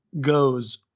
goes